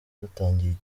dutangiye